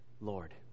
Lord